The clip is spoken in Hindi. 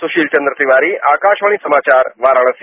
सुशील चन्द्र तिवारी आकाशवाणी समाचार वाराणसी